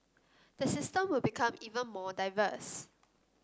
the system will become even more diverse